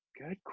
Good